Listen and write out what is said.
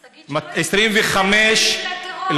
אז תגיד שלא ישתמשו בילדים לטרור.